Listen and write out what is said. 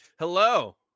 hello